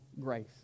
grace